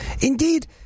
Indeed